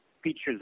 Features